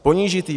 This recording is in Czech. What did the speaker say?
Ponížit ji?